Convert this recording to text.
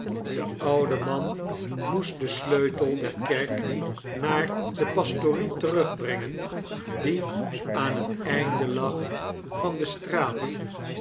de oude man moest den sleutel der kerk naar de pastorie terugbrengen die aan het einde lag van de straat